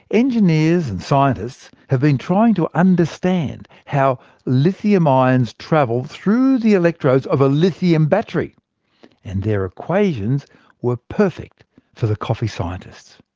engineers and scientists have been trying to understand how lithium ions travel through the electrodes of a lithium battery and their equations were perfect for the coffee scientists.